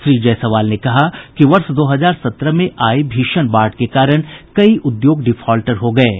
श्री जायसवाल ने कहा कि वर्ष दो हजार सत्रह में आयी भीषण बाढ़ के कारण कई उद्योग डिफॉल्टर हो गये हैं